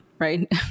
Right